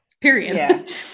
period